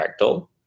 fractal